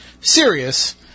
serious